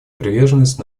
приверженность